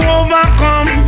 overcome